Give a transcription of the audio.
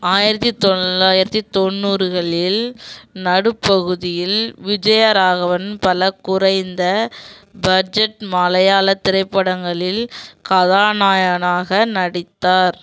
ஆயிரத்தி தொள்ளாயிரத்தி தொண்ணூறுகளில் நடுப்பகுதியில் விஜயராகவன் பல குறைந்த பட்ஜெட் மலையாள திரைப்படங்களில் கதாநாயகனாக நடித்தார்